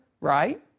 right